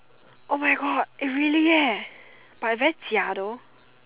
oh my God eh really eh but very 假 though